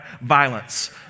Violence